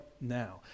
now